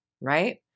right